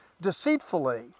Deceitfully